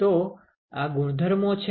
તો આ ગુણધર્મો છે